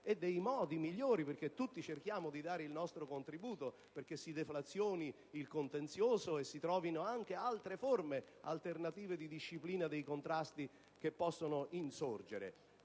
dei modi migliori - tutti cerchiamo di dare il nostro contributo - per deflazionare il contenzioso e trovare anche altre forme alternative di disciplina dei contrasti che possono insorgere.